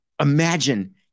Imagine